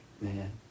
man